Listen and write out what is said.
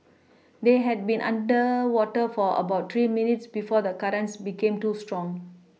they had been underwater for about three minutes before the currents became too strong